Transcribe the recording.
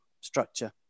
structure